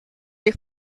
you